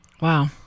Wow